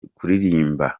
kuririmba